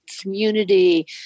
community